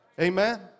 Amen